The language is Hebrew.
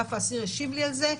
אגף אסיר השיב לי על זה,